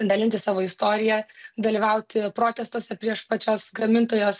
dalintis savo istorija dalyvauti protestuose prieš pačios gamintojos